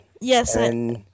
Yes